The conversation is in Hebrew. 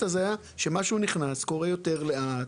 כשמשהו נכנס הוא קורה יותר לאט,